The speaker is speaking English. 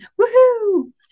Woohoo